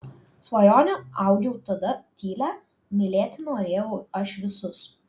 svajonę audžiau tada tylią mylėti norėjau aš visus